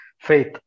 faith